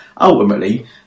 Ultimately